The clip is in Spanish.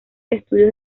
estudios